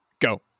Go